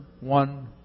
one